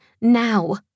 now